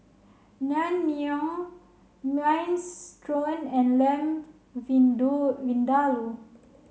Naengmyeon Minestrone and Lamb Vindaloo